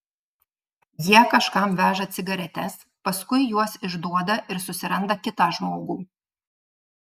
jie kažkam veža cigaretes paskui juos išduoda ir susiranda kitą žmogų